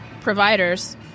providers